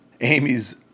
Amy's